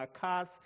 cars